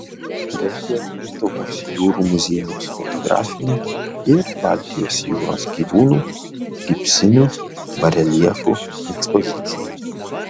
rengiau lietuvos jūrų muziejaus fotografinę ir baltijos jūros gyvūnų gipsinių bareljefų ekspoziciją